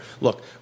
Look